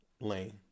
lane